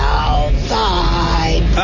outside